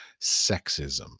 sexism